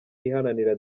iharanira